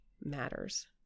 matters